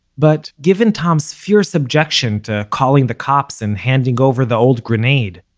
but given tom's fierce objection to calling the cops and handing over the old grenade,